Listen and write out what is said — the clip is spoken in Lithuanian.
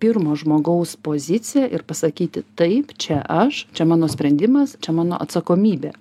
pirmo žmogaus poziciją ir pasakyti taip čia aš čia mano sprendimas čia mano atsakomybė